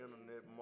internet